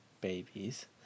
babies